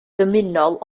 ddymunol